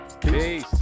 Peace